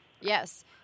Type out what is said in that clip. Yes